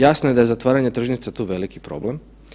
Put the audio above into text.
Jasno je da je zatvaranje tržnica tu veliki problem.